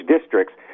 districts